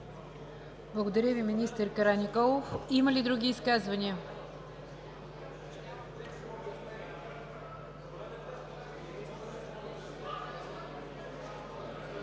Благодаря Ви, министър Караниколов. Има ли други изказвания?